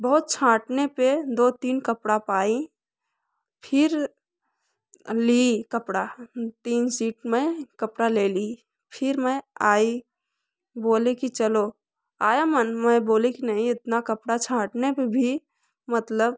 बहुत छाँटने पर दो तीन कपड़ा पाई फिर ली कपड़ा तीन सीट मैं कपड़ा ले ली फिर मैं आई बोले कि चलो आया मन मैं बोली कि नहीं इतना कपड़ा छाँटने पर भी मतलब